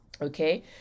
Okay